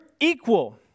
equal